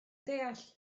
deall